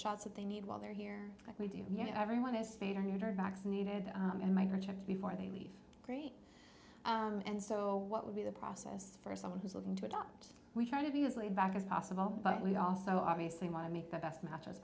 shots that they need while they're here likely do you know everyone has stayed or neutered vaccinated and microchip before they leave and so what would be the process for someone who's looking to adopt we try to be as laid back as possible but we also obviously want to make the best match